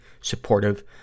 supportive